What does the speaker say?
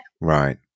Right